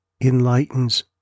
enlightens